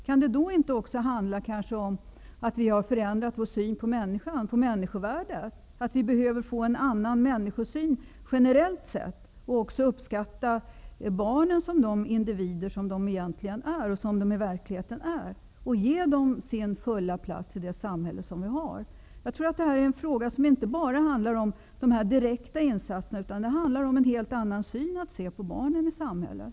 Kan det inte också handla om att vi har förändrat vår syn på människan och människovärdet, att vi behöver få en annan människosyn generellt sett och börja uppskatta barnen som de individer som de i verkligheten är? Borde vi inte ge dem deras fulla plats i det samhälle som vi har? Jag tror att detta är en fråga som inte bara handlar om direkta insatser, utan det handlar också om en helt annan syn på barnen i samhället.